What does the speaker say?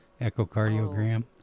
echocardiogram